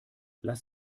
lass